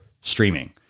streaming